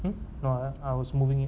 hmm no I I was moving it